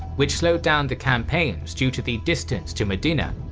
which slowed down the campaigns due to the distance to medina.